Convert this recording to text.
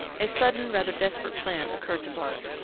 a sudden, rather desperate plan occurred to bart.